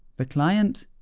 the client,